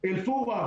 אל- פורעה,